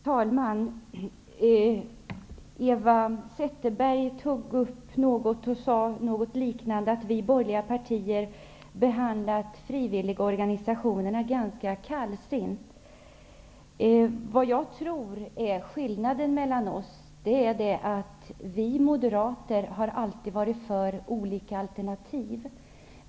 Herr talman! Eva Zetterberg sade någonting åt det hållet att vi borgerliga partier behandlat frivilligorganisationerna ganska kallsinnigtt. Skillnaden är att vi moderater alltid varit för olika alternativ.